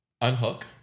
unhook